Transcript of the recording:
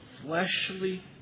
fleshly